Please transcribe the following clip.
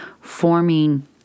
forming